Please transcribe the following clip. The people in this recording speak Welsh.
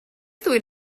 ddwyn